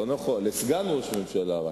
לא נכון, רק לסגן ראש ממשלה.